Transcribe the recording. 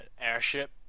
airship